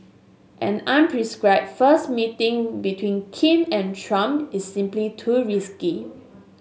an unscripted first meeting between Kim and Trump is simply too risky